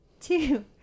two